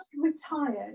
retired